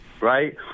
right